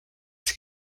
that